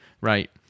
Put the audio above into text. Right